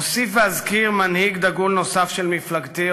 אוסיף ואזכיר מנהיג דגול נוסף של מפלגתי,